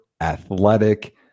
athletic